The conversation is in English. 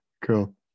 Cool